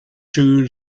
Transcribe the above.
two